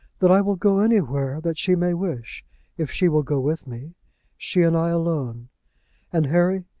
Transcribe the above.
that i will go anywhere that she may wish if she will go with me she and i alone and, harry,